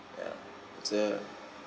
ya it's a